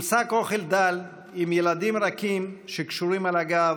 עם שק אוכל דל, עם ילדים רכים שקשורים על הגב,